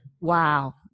wow